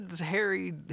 Harry